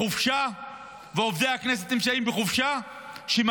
שהכנסת ועובדי הכנסת נמצאים בחופשה רק שבועיים,